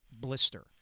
blister